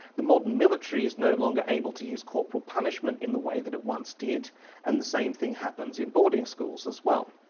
the modern military is no longer able to use corporal punishment in the way that it once did and the same thing happens in boarding schools as well.